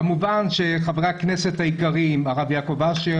כמובן שחברי הכנסת היקרים הרב יעקב אשר